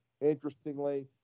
interestingly